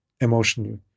emotionally